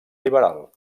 liberal